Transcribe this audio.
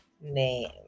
Name